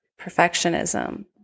perfectionism